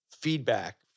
feedback